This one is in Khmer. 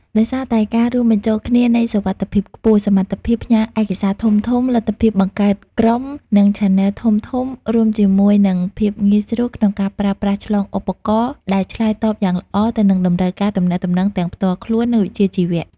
ដោយសារតែការរួមបញ្ចូលគ្នានៃសុវត្ថិភាពខ្ពស់ សមត្ថភាពផ្ញើឯកសារធំៗ លទ្ធភាពបង្កើតក្រុម និងឆានែលធំៗ រួមជាមួយនឹងភាពងាយស្រួលក្នុងការប្រើប្រាស់ឆ្លងឧបករណ៍ ដែលឆ្លើយតបយ៉ាងល្អទៅនឹងតម្រូវការទំនាក់ទំនងទាំងផ្ទាល់ខ្លួន និងវិជ្ជាជីវៈ។